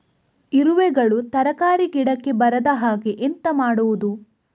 ಇರುವೆಗಳು ತರಕಾರಿ ಗಿಡಕ್ಕೆ ಬರದ ಹಾಗೆ ಎಂತ ಮಾಡುದು?